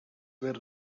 were